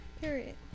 Period